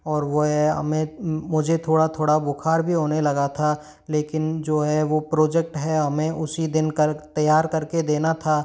और वह है हमें मुझे थोड़ा थोड़ा बुखार भी होने लगा था लेकिन जो है वो प्रोजेक्ट है हमें उसी दिन कर तैयार करके देना था